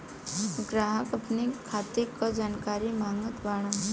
ग्राहक अपने खाते का जानकारी मागत बाणन?